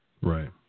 Right